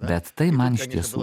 bet tai man iš tiesų